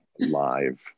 live